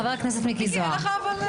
חבר הכנסת מיקי זוהר,